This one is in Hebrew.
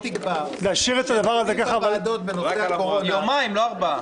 להשאיר את זה ככה --- יומיים, לא ארבעה.